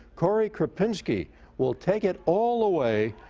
koree krupinski will take it all the way.